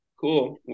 cool